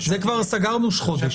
זה כבר סגרנו חודש.